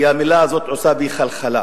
כי המלה הזאת עושה בי חלחלה.